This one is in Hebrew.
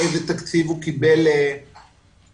איזה תקציב הוא קיבל להצטיידות,